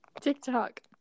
TikTok